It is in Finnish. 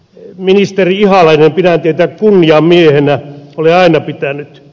ministeri ihalainen pidän teitä kunnian miehenä olen aina pitänyt